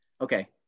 Okay